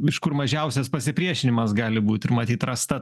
iš kur mažiausias pasipriešinimas gali būt ir matyt rasta